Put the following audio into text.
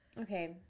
okay